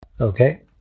Okay